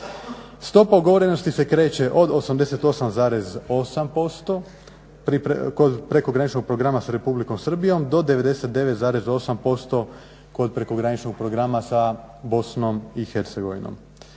Stopa ugovorenosti se kreće od 88,8% kod prekograničnog programa s Republikom Srbijom do 99,8% kod prekograničnog programa sa BiH.